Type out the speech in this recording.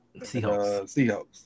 Seahawks